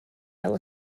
fel